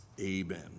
Amen